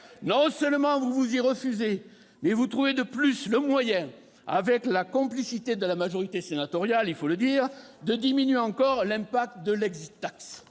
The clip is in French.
Non seulement vous vous y refusez, mais vous trouvez de plus le moyen, avec la complicité de la majorité sénatoriale- il faut le dire -, de diminuer encore l'effet de l'.